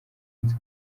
nzi